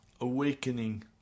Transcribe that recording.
awakening